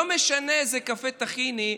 לא משנה איזה קפה תכיני,